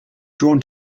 drawn